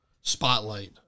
spotlight